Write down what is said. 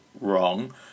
wrong